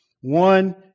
One